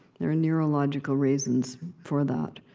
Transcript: there are neurological reasons for that.